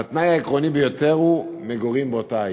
והתנאי העקרוני ביותר הוא מגורים באותה עיר.